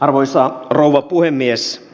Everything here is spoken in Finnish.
arvoisa rouva puhemies